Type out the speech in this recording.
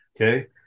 Okay